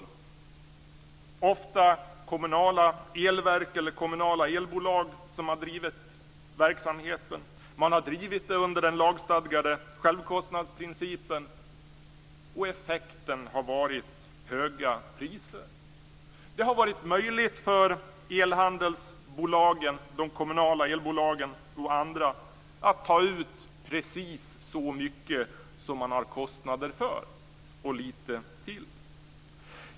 Det har ofta varit kommunala elverk eller kommunala elbolag som har drivit verksamhet. De har drivit verksamheten under den lagstadgade självkostnadsprincipen, och effekten har varit höga priser. Det har varit möjligt för elhandelsbolagen, de kommunala elbolagen och andra, att ta ut precis så mycket som de haft kostnader för, och lite till.